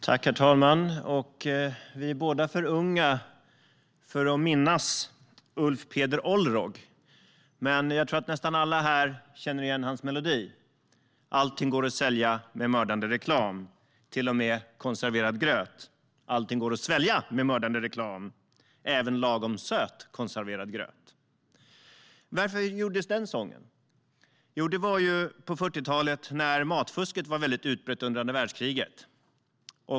Herr talman! Många av oss här är för unga för att minnas Ulf Peder Olrog, men jag tror att nästan alla känner igen hans melodi Konserverad gröt . Allting går att sälja med mördande reklam. Kom och köp konserverad gröt! Allting går att svälja med mördande reklam, även lagom söt konserverad gröt. Varför skrevs den sången? Jo, den skrevs på 40-talet, under andra världskriget, då matfusket var väldigt utbrett.